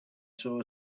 saw